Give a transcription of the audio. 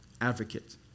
advocate